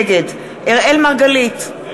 נגד אראל מרגלית,